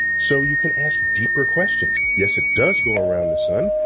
so you can ask deeper questions. yes, it does go around the sun.